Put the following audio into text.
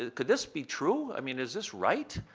ah could this be true? i mean, is this right?